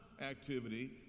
activity